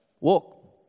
walk